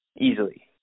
Easily